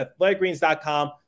athleticgreens.com